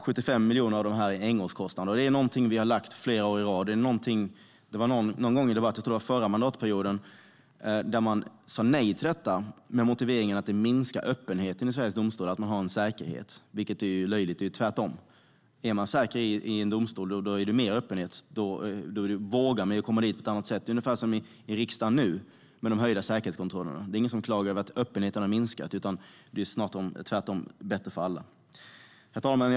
75 miljoner av detta är en engångskostnad. Det är någonting som vi har föreslagit flera år i rad. Jag tror att det var förra mandatperioden som man sa nej till detta med motiveringen att det minskar öppenheten i Sveriges domstolar att man har säkerhet, vilket är löjligt. Det är tvärtom. Är man säker i en domstol är det mer öppenhet, och då vågar man på ett annat sätt komma dit. Det är ungefär som i riksdagen nu med de utökade säkerhetskontrollerna. Det är ingen som klagar över att öppenheten har minskat, utan det är snarare tvärtom bättre för alla. Herr talman!